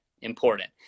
Important